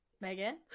Megan